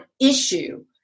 issue